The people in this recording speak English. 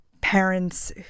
parents